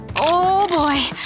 oh boy,